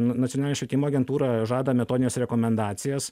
n nacionalinio švietimo agentūra žada metodines rekomendacijas